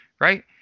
right